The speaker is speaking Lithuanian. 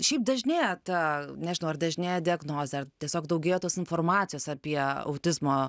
šiaip dažnėja ta nežinau ar dažnėja diagnozė ar tiesiog daugėja tos informacijos apie autizmo